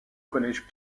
collège